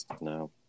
no